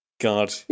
God